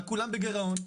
כולם בגירעון.